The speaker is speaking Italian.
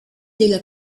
della